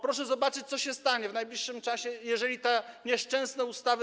Proszę zobaczyć, co się stanie w najbliższym czasie, jeżeli wejdą te nieszczęsne ustawy.